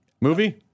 movie